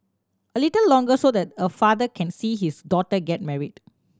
a little longer so that a father can see his daughter get married